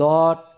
Lord